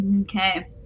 Okay